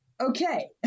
Okay